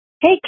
hey